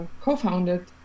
co-founded